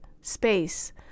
space